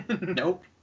Nope